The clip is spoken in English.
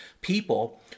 People